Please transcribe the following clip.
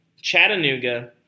Chattanooga